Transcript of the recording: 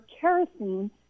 kerosene